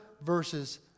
verses